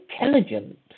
intelligent